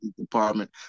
department